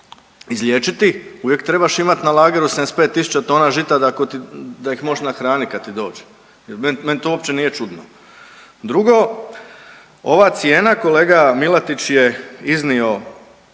izliječiti uvijek trebaš imati na lageru 75.000 tona žita da ako ti, da ih možeš nahraniti kad ti dođu. Meni to uopće nije čudno. Drugo, ova cijena kolega Milatić je iznio,